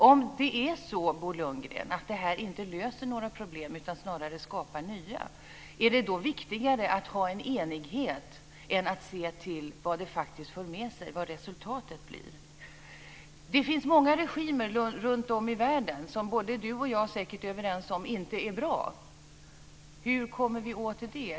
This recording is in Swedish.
Om det är så, Bo Lundgren, att det här inte löser några problem utan snarare skapar nya, är det då viktigare att ha en enighet än att se till vad det faktiskt för med sig, vad resultatet blir? Det finns många regimer runtom i världen som både Bo Lundgren och jag säkert är överens om inte är bra. Hur kommer vi åt det?